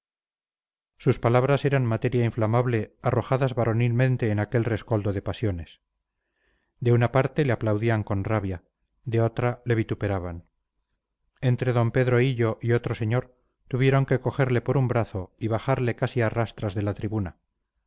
sus palabras eran materia inflamable arrojadas varonilmente en aquel rescoldo de pasiones de una parte le aplaudían con rabia de otra le vituperaban entre d pedro hillo y otro señor tuvieron que cogerle por un brazo y bajarle casi a rastras de la tribuna